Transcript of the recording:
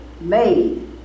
made